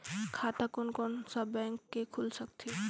खाता कोन कोन सा बैंक के खुल सकथे?